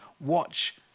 Watch